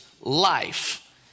life